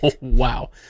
wow